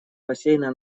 бассейна